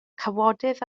cawodydd